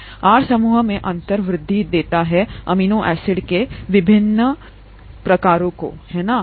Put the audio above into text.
R समूहों में अंतर वृद्धि देता है अमीनो एसिड के विभिन्न प्रकारों है ना